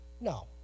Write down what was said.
No